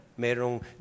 Merong